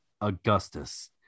Augustus